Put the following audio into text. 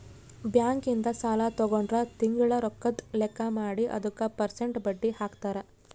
bank ಇಂದ ಸಾಲ ತಗೊಂಡ್ರ ತಿಂಗಳ ರೊಕ್ಕದ್ ಲೆಕ್ಕ ಮಾಡಿ ಅದುಕ ಪೆರ್ಸೆಂಟ್ ಬಡ್ಡಿ ಹಾಕ್ತರ